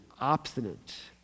obstinate